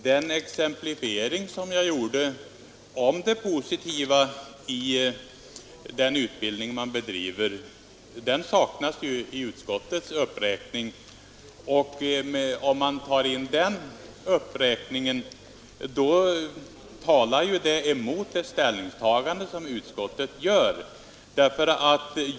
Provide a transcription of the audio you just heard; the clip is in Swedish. Herr talman! Den cxemplifiering som jag gjorde av det positiva i den utbildning som bedrivs saknas i utskottets uppräkning. Om man tar med den uppräkningen talar den emot det ställningstagande som utskottet gör.